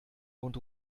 und